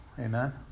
Amen